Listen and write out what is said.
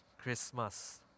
Christmas